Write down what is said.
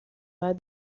باید